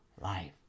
life